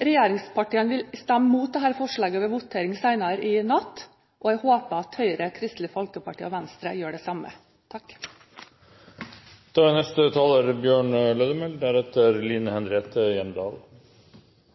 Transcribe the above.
Regjeringspartiene vil stemme mot dette forslaget ved votering senere i natt, og jeg håper at Høyre, Kristelig Folkeparti og Venstre gjør det samme. Dei frivillige organisasjonane utgjer ein viktig del av det sivile samfunnet og er